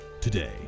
today